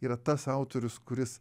yra tas autorius kuris